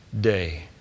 day